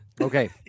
Okay